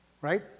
Right